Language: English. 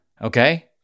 Okay